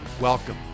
Welcome